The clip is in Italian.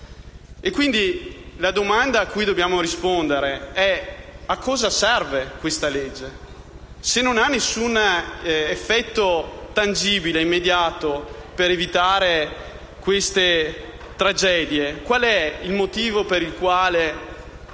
la domanda a cui dobbiamo rispondere è a cosa esso serve. Se non ha alcun effetto tangibile, immediato per evitare siffatte tragedie, qual è il motivo per il quale